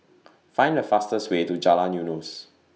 Find The fastest Way to Jalan Eunos